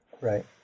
right